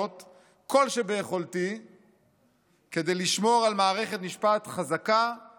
כל שביכולתי כדי לשמור על מערכת משפט חזקה ועצמאית.